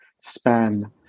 span